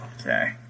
Okay